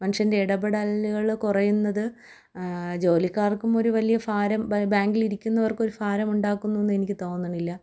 മനുഷ്യൻ്റെ ഇടപെടലുകൾ കുറയുന്നത് ജോലിക്കാർക്കും ഒരു വലിയ ഭാരം ബാങ്കിൽ ഇരിക്കുന്നവർക്കും ഒരു ഭാരം ഉണ്ടാക്കുന്നു എന്ന് എനിക്ക് തോന്നുന്നില്ല